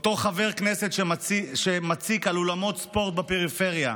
אותו חבר כנסת שמציק על אולמות ספורט בפריפריה,